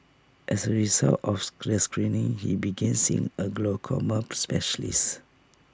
as A result of the stress screening he began seeing A glaucoma specialist